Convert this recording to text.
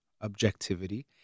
objectivity